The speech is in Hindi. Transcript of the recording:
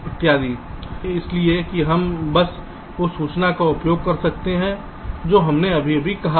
इत्यादि इसलिए कि हम बस उस सूचना का उपयोग कर सकते हैं जो हमने अभी अभी कहा है